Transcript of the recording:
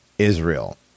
Israel